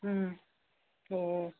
ꯎꯝ ꯑꯣ